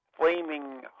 flaming